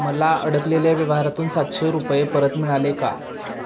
मला अडकलेल्या व्यवहारातून सातशे रुपये परत मिळाले का